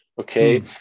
okay